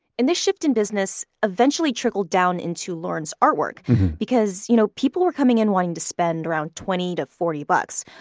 and this shift in business eventually trickled down into lauren's artwork because you know people were coming in wanting to spend around twenty to forty bucks.